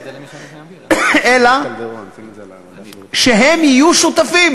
אלא שהם יהיו שותפים.